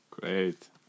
Great